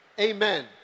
Amen